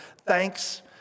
thanks